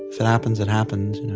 if it happens, it happens. you know,